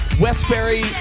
Westbury